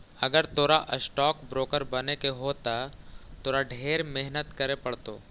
अगर तोरा stock broker बने के हो त तोरा ढेर मेहनत करे पड़तो